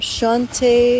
Shante